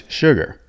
sugar